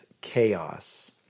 chaos